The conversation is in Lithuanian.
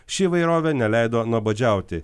ši įvairovė neleido nuobodžiauti